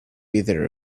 either